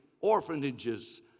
orphanages